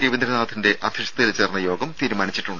രവീന്ദ്രനാഥിന്റെ അധ്യക്ഷതയിൽ ചേർന്ന യോഗം തീരുമാനിച്ചു